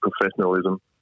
professionalism